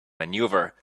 maneuver